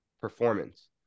performance